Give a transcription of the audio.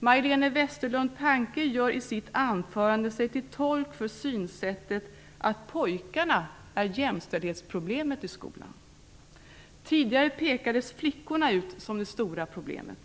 Majléne Westerlund Panke gör i sitt anförande sig till tolk för synsättet att pojkarna är jämställdhetsproblemet i skolan. Tidigare pekades flickorna ut som det stora problemet.